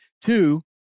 Two